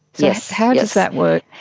yeah so how does that work?